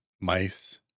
mice